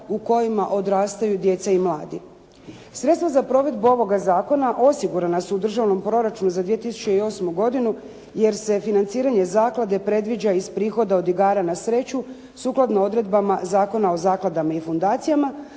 u kojima odrastaju djeca i mladi. Sredstva za provedbu ovoga zakona osigurana su u Državnom proračunu za 2008. godinu jer se financiranje zaklade predviđa iz prihoda od igara na sreću, sukladno odredbama Zakona o zakladama i fundacijama,